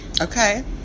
Okay